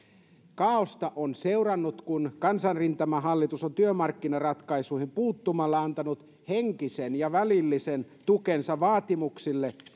kaaosta on seurannut kun kansanrintamahallitus on työmarkkinaratkaisuihin puuttumalla antanut henkisen ja välillisen tukensa vaatimuksille